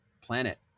planet